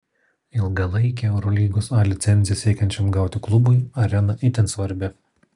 ilgalaikę eurolygos a licenciją siekiančiam gauti klubui arena itin svarbi